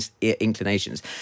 inclinations